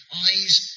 eyes